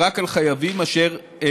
רק כי זה